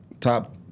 top